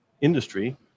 industry